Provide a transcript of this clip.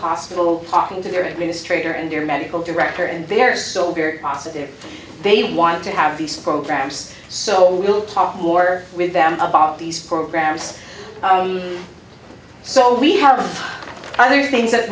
hospital talking to their administrator and their medical director and they are so very positive they want to have these programs so we'll talk more with them about these programs so we have other things that